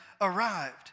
arrived